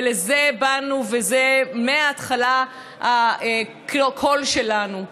לזה באנו וזה מההתחלה הקול שלנו.